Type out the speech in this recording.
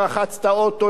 רחץ את האוטו,